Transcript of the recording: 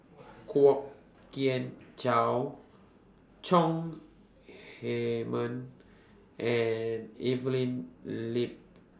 Kwok Kian Chow Chong Heman and Evelyn Lip